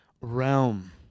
realm